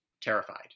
terrified